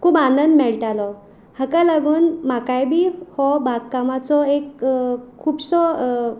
खूब आनंद मेळटालो हाका लागून म्हाकाय बी हो बागकामाचो एक खुबसो